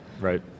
Right